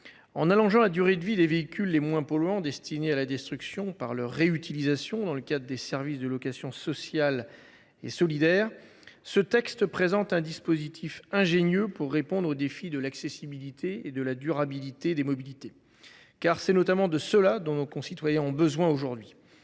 En allongeant la durée de vie des véhicules les moins polluants destinés à la destruction par leur réutilisation dans le cadre des services de location sociale et solidaire, ce texte présente un dispositif ingénieux pour répondre au défi de l’accessibilité et de la durabilité des mobilités. En effet, c’est de cela, notamment, que nos concitoyens ont besoin aujourd’hui.